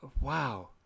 Wow